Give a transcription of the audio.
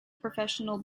professional